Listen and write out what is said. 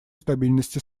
стабильности